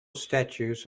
statues